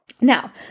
Now